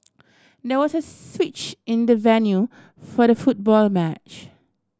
there was a switch in the venue for the football match